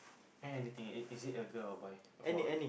anything is is it a girl or boy for